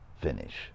finish